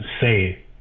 say